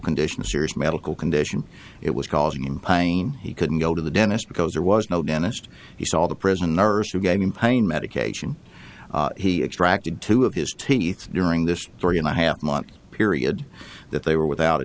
condition serious medical condition it was causing him pain he couldn't go to the dentist because there was no dentist he saw the prison nurse who gave him pain medication he extracted two of his teeth during this three and a half month period that they were without a